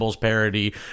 parody